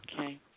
Okay